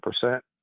percent